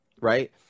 right